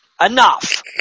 Enough